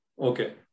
Okay